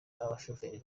abashoferi